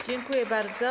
Dziękuję bardzo.